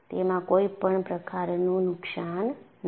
તેમાં કોઈપણ પ્રકારનું નુકસાન નથી